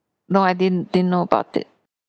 no I didn't didn't know about it